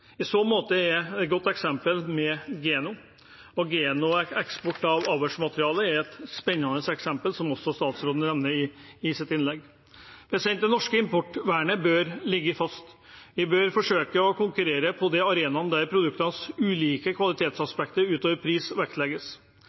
I så måte er Geno et godt eksempel. Genos eksport av avlsmateriale er et spennende eksempel, som også statsråden nevner i sitt innlegg. Det norske importvernet bør ligge fast. Vi bør forsøke å konkurrere på de arenaene der produktenes ulike kvalitetsaspekter utover pris vektlegges.